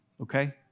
okay